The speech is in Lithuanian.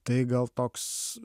tai gal toks